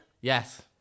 Yes